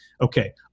okay